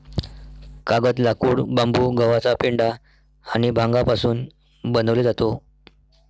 कागद, लाकूड, बांबू, गव्हाचा पेंढा आणि भांगापासून बनवले जातो